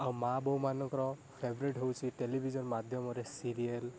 ଆଉ ମାଆ ବୋଉ ମାନଙ୍କର ଫେଭରାଇଟ୍ ହେଉଛି ଟେଲିଭିଜନ୍ ମାଧ୍ୟମରେ ସିରିଏଲ୍